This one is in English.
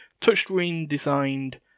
Touchscreen-designed